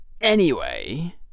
Anyway